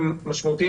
פרופ' דוידוביץ',